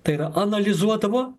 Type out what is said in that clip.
tai yra analizuodavo